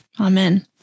Amen